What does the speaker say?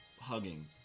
hugging